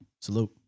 Salute